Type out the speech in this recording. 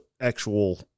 actual